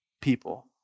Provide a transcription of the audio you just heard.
People